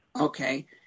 Okay